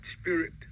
spirit